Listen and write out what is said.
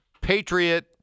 Patriot